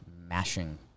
mashing